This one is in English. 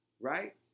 right